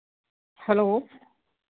hello